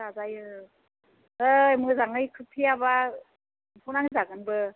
जाजायो औ ओइ मोजाङै खोबथेयाबा एम्फौ नांजागोनबो